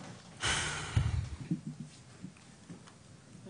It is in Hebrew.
אני עובדת זרה, זאת הכתובת שאני נכנסת